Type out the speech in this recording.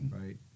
right